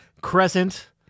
Crescent